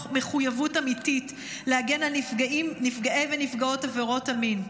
מחויבות אמיתית להגן על נפגעי ונפגעות עבירות המין.